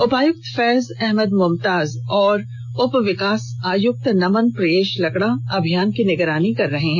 उपायुक्त फैज अहमद मुमताज और उपविकास आयुक्त नमन प्रियेश लकड़ा अभियान की निगरानी कर रहे हैं